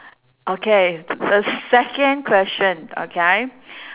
okay the second question okay